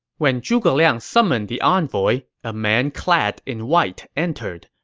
when zhuge liang summoned the envoy, a man clad in white entered.